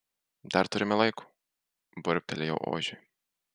dar turime laiko burbtelėjau ožiui